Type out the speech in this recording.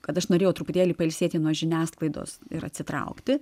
kad aš norėjau truputėlį pailsėti nuo žiniasklaidos ir atsitraukti